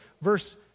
verse